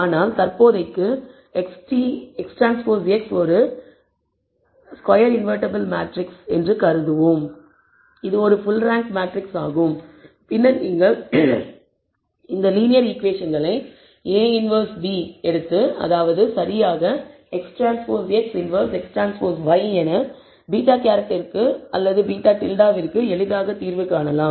ஆனால் தற்போதைக்கு XTX ஒரு என்பது ஒரு ஸ்கொயர் இன்வெர்ட்டிபிள் மேட்ரிக்ஸ் என்று நாம் கருதுவோம் இது ஒரு ஃபுல் ரேங்க் மேட்ரிக்ஸ் ஆகும் பின்னர் நீங்கள் இந்த லீனியர் ஈகுவேஷன்களை a 1b எடுத்து அதாவது சரியாக XTX inverse XTy என β̂ ற்கு எளிதாக தீர்வு காணலாம்